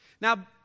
Now